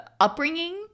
upbringing